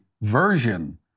version